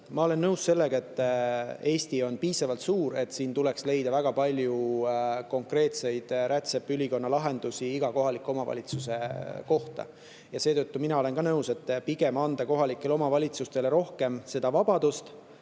ma olen nõus sellega, et Eesti on piisavalt suur ja siin tuleks leida väga palju konkreetseid rätsepaülikonna-lahendusi iga kohaliku omavalitsuse kohta. Seetõttu olen ka mina nõus, et pigem anda kohalikele omavalitsustele rohkem vabadust